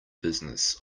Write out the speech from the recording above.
business